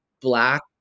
black